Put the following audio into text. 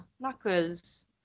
knuckles